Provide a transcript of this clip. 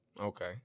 Okay